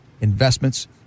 investments